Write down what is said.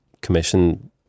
commission